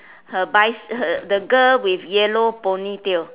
her bicy~ her the girl with yellow ponytail